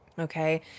okay